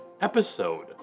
episode